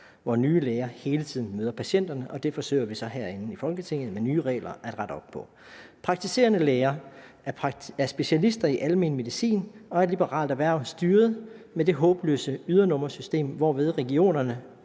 hvor nye læger hele tiden møder patienterne. Det forsøger vi så herinde i Folketinget at rette op på med nye regler. Praktiserende læger er specialister i almen medicin, og almen praksis er et liberal erhverv styret med det håbløse ydernummersystem, hvorved regionerne,